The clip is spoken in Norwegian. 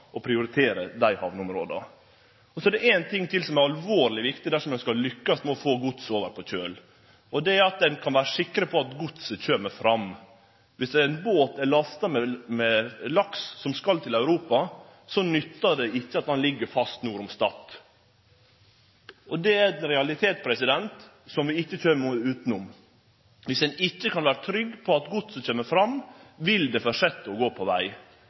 og prioritere hamneområda der. Så er det ein ting til som er alvorleg viktig dersom ein skal lykkast med å få gods over på kjøl, og det er at ein er sikker på at godset kjem fram. Viss ein båt er lasta med laks som skal til Europa, nyttar det ikkje at han ligg fast nord for Stad. Det er ein realitet som vi ikkje kjem utanom. Viss ein ikkje kan vere trygg på at godset kjem fram, vil ein fortsetje med å late godset gå på veg.